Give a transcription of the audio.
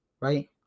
right